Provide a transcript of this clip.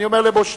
אני אומר לבושתנו.